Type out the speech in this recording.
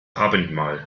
abendmahl